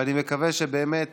ואני מקווה שבאמת